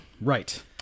Right